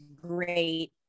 great